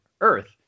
Earth